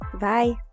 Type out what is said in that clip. Bye